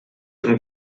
und